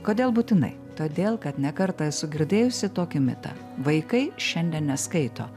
kodėl būtinai todėl kad ne kartą esu girdėjusi tokį mitą vaikai šiandien neskaito